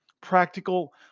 Practical